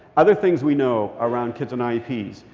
other things we know around kids on ah